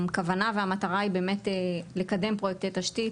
הכוונה והמטרה היא באמת לקדם פרויקטים של תשתית,